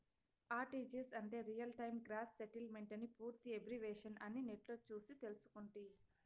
RTGS అంటే real time gross సెటిల్మెంటని పూర్తి ఎబ్రివేషను అని నెట్లో సూసి తెల్సుకుంటి